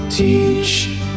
Teach